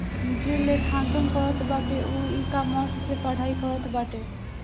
जे लेखांकन करत बाटे उ इकामर्स से पढ़ाई करत बाटे